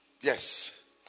Yes